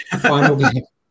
final